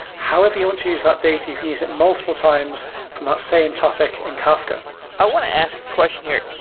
however you want to use that data, you can use it multiple times from that same topic in kafka i want to ask a question here,